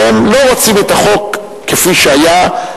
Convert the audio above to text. שהם לא רוצים את החוק כפי שהיה,